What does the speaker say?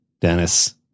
Dennis